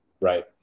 right